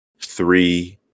three